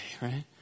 right